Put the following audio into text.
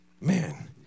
Man